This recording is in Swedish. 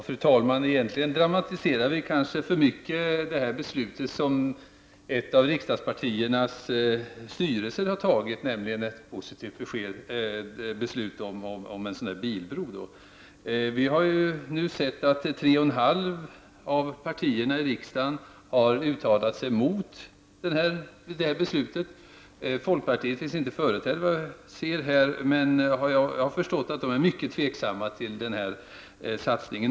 Fru talman! Egentligen dramatiserar vi för mycket ett beslut som har fattats av partistyrelsen för ett enda av riksdagens partier, nämligen ett positivt beslut om en bilbro. Vi har nu sett att tre och ett halvt av partierna i riksdagen har uttalat sig emot det beslutet. Folkpartiet finns inte företrätt, men jag har förstått att det är mycket tveksamt till denna satsning.